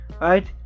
right